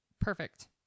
Perfect